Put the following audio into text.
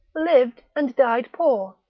lived and died poor.